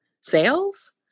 sales